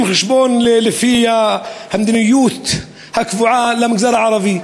חשבון לפי המדיניות הקבועה למגזר הערבי.